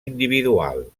individual